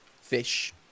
fish